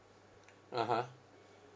(uh huh)